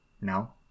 No